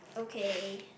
okay